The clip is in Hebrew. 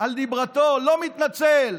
ואותו דבר אני חושב היום,